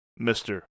Mr